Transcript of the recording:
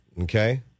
Okay